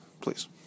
please